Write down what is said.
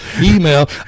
email